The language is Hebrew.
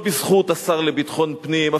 לא בזכות השר לביטחון פנים,